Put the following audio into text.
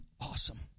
Awesome